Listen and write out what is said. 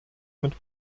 mit